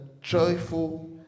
joyful